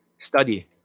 study